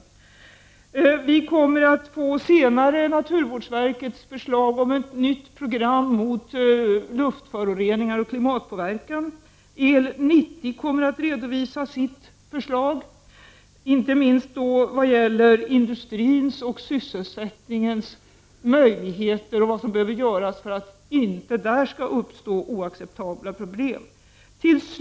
Senare kommer vi att få naturvårdsverkets förslag om ett nytt program mot luftföroreningar och klimatpåverkan. El 90 kommer att redovisa sitt förslag, inte minst vad gäller industrins och sysselsättningens möjlig heter och vad som behöver göras för att där inte skall uppstå oacceptabla — Prot. 1989/90:43 problem.